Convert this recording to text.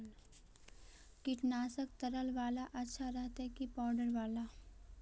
कीटनाशक तरल बाला अच्छा रहतै कि पाउडर बाला?